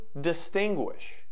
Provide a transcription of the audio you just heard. distinguish